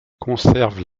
conserve